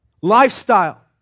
Lifestyle